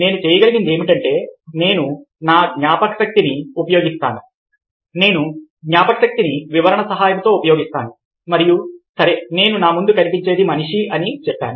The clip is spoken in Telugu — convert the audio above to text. నేను చేయగలిగింది ఏమిటంటే నేను నా జ్ఞాపకశక్తిని ఉపయోగిస్తాను నేను జ్ఞాపకశక్తిని వివరణ సహాయంతో ఉపయోగిస్తాను మరియు సరే నేను నా ముందు కనిపించేది మనిషి అని చెప్తాను